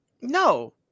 No